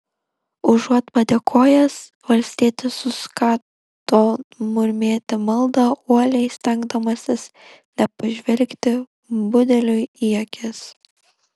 užuot padėkojęs valstietis suskato murmėti maldą uoliai stengdamasis nepažvelgti budeliui į akis